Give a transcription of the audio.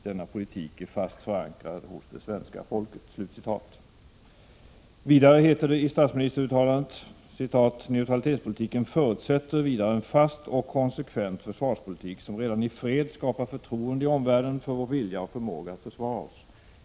Denna politik är fast förankrad hos det svenska folket.” Vidare heter det i statsministeruttalandet: ”Neutralitetspolitiken förutsätter vidare en fast och konsekvent försvarspolitik, som redan i fred skapar förtroende i omvärlden för vår vilja och förmåga att försvara oss.